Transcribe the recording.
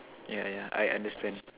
yeah yeah I understand